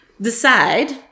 decide